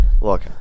look